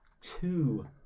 two